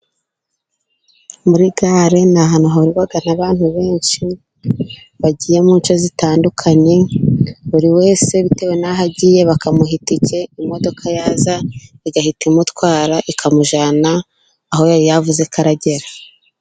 Muri gare ni ahantu hahuriramo abantu benshi bagiye mu nce zitandukanye, buri wese bitewe n'aho agiye bakamuha itike, imodoka yaza igahita imutwara ikamujyana aho yari yavuzeko agera.